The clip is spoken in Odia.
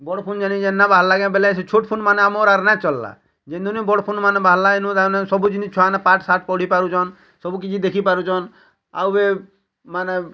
ବଡ଼ ଫୁନ୍ ଜାଣି କି ଯେନ୍ତା ବାହାରିଲା ବେଳେ ଛୋଟ ଫୁନ୍ ମାନେ ଆମର୍ ଆରା କେ ନେଇ ଚାଲ୍ଲା ଯିନ୍ ଦିନୁ ବଡ଼ ଫୁନ୍ମାନେ ବାହରିଲା ଇନୁ ତା'ମାନେ ସବୁ ଦିନ୍ ଛୁଆ ନେ ପାଠ୍ ଶାଠ୍ ପଢ଼ି ପାରୁଛନ୍ ସବୁ କିଛି ଦେଖିପାରୁଛନ୍ ଆଉ ବି ମାନେ